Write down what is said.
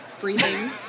breathing